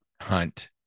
hunt